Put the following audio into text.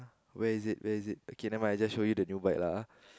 where is it where is it okay never mind I just show you the new bike lah ah